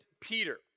Peter